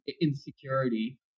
insecurity